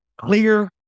Clear